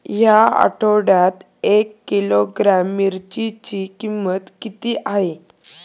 या आठवड्यात एक किलोग्रॅम मिरचीची किंमत किती आहे?